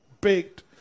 baked